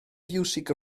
fiwsig